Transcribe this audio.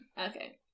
Okay